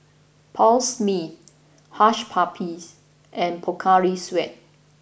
Paul Smith Hush Puppies and Pocari Sweat